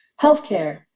healthcare